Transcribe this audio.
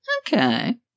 Okay